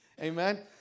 Amen